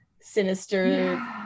sinister